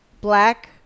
black